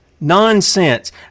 Nonsense